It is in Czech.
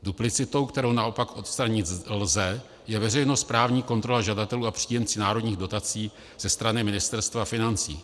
Duplicitou, kterou naopak odstranit lze, je veřejnosprávní kontrola žadatelů a příjemců národních dotací ze strany Ministerstva financí.